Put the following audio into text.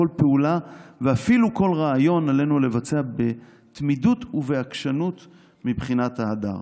כל פעולה ואפילו כל רעיון עלינו לבצע בתמידות ובעקשנות מבחינת ה'הדר'.